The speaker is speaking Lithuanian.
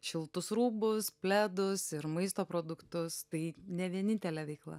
šiltus rūbus pledus ir maisto produktus tai ne vienintelė veikla